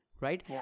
right